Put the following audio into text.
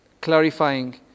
Clarifying